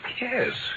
Yes